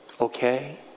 Okay